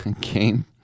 game